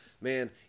Man